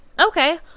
Okay